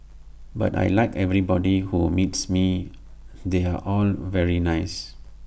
but I Like everybody who meets me they're all very nice